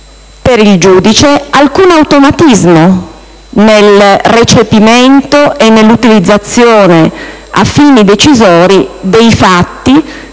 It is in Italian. per il giudice alcun automatismo nel recepimento e nell'utilizzazione a fini decisori dei fatti,